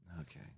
Okay